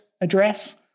address